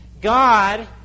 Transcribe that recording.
God